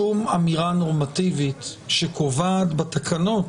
אין שום אמירה נורמטיבית שקובעת בתקנות